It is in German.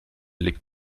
liegt